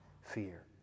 fear